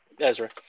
Ezra